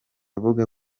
avuga